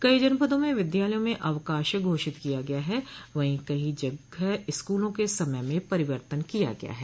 कई जनपदों में विद्यालयों में अवकाश घोषित किया गया है वहीं कई जगह स्कूलों के समय में परिवर्तन किया गया हैं